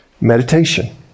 meditation